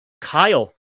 Kyle